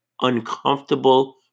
uncomfortable